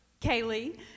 Kaylee